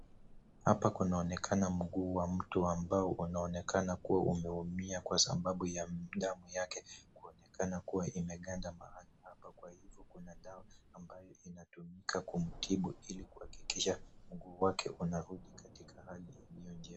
Hapa kunaonekana mguu wa mtu ambao unaonekana kuwa umeumia kwasababu ya damu yake kuonekana kuwa imeganda mahali ambapo kuna dawa ambayo inatumika kumtibu ili kuhakikisha mguu wake unarudi katika hali iliyo njema.